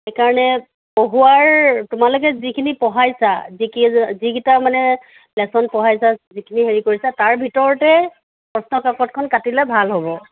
সেইকাৰণে পঢ়োৱাৰ তোমালোকে যিখিনি পঢ়াইছা যিকেইটা মানে লেশ্যন পঢ়াইছা যিখিনি হেৰি কৰিছা তাৰ ভিতৰতে প্ৰশ্নকাকতখন কাটিলে ভাল হ'ব